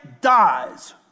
dies